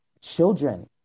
children